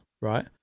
right